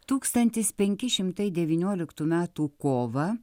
tūkstantis penki šimtai devynioliktų metų kovą